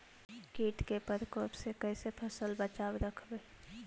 कीट के परकोप से कैसे फसल बचाब रखबय?